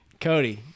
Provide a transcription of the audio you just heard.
Cody